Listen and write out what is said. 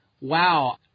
wow